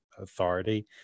authority